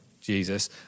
Jesus